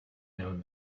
known